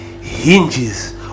hinges